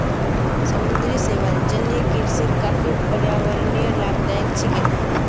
समुद्री शैवाल जलीय कृषिर काफी पर्यावरणीय लाभदायक छिके